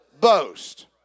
boast